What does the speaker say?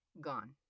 Gone